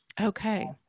Okay